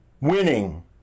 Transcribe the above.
winning